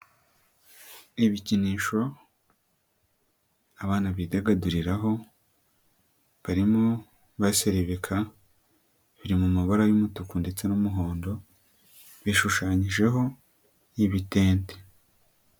Ibikinisho abana bidagaduriraho barimo baserebeka, biri mu mabara y'umutuku ndetse n'umuhondo, bishushanyijeho ibitente.